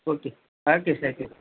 okay thank you thank you